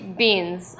beans